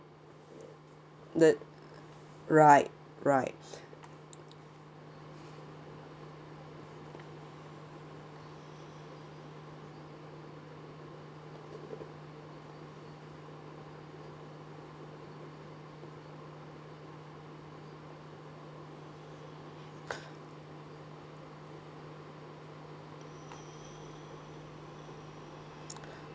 that right right